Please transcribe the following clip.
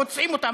פוצעים אותם,